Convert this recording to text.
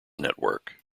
network